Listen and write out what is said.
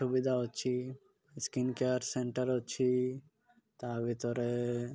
ସୁବିଧା ଅଛି skin care centre ଅଛି ତା' ଭିତରେ